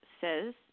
says